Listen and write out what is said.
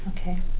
Okay